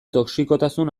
toxikotasun